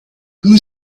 who